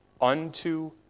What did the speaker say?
unto